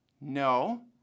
No